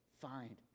find